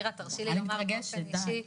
נירה תרשי לי לומר באופן אישי,